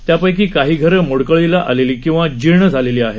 यापैकी काही घरं मोडकळीला आलेली किंवा जीर्ण झाली आहेत